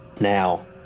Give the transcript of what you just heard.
Now